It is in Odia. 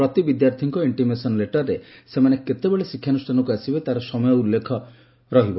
ପ୍ରତି ବିଦ୍ୟାର୍ଥୀଙ୍କ ଇଣ୍ଟିମେସନ୍ ଲେଟର୍ରେ ସେମାନେ କତେବେଳେ ଶିକ୍ଷାନୁଷ୍ଠାନ ଆସିବେ ତା'ର ସମୟ ଉଲ୍ଲେଖ ରହିବ